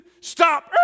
Stop